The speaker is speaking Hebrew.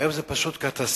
והיום זה פשוט קטסטרופה.